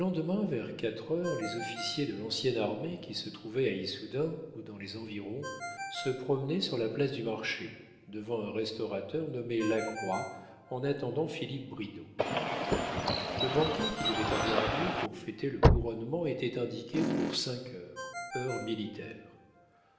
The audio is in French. vers quatre heures les officiers de l'ancienne armée qui se trouvaient à issoudun ou dans les environs se promenaient sur la place du marché devant un restaurateur nommé lacroix en attendant philippe bridau le banquet qui devait avoir lieu pour fêter le couronnement était indiqué pour cinq heures